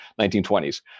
1920s